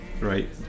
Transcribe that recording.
right